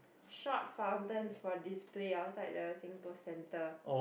short fountain for this place outside the SingPost centre